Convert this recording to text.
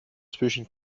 zwischen